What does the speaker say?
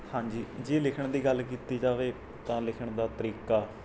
ਹਾਂਜੀ ਜੇ ਲਿਖਣ ਦੀ ਗੱਲ ਕੀਤੀ ਜਾਵੇ ਤਾਂ ਲਿਖਣ ਦਾ ਤਰੀਕਾ